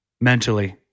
mentally